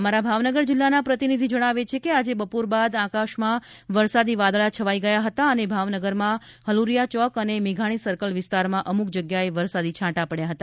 અમારા ભાવનગરના પ્રતિનિધિ જણાવે છે કે આજે બપોર બાદ આકાશમાં વરસાદી વાદળા છવાઈ ગયા હતા અને ભાવનગરમાં હલુરીયા ચોક અને મેઘાણી સર્કલ વિસ્તારમાં અમૂક જગ્યાએ વરસાદી છાટાં પડ્યા હતા